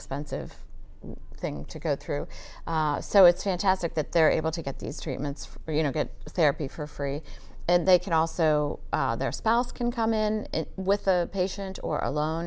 expensive thing to go through so it's fantastic that they're able to get these treatments or you know get therapy for free and they can also their spouse can come in with the patient or alone